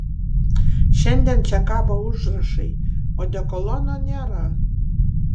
šiandien čia kabo užrašai odekolono nėra